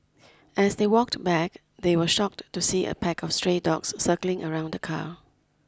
as they walked back they were shocked to see a pack of stray dogs circling around the car